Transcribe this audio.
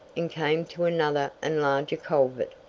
and came to another and larger culvert.